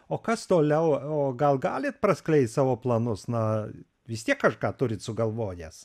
o kas toliau o gal galit praskleist savo planus na vis tiek kažką turit sugalvojęs